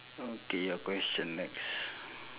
okay your question next